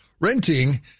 Renting